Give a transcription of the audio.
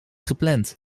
gepland